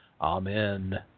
Amen